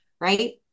right